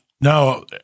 No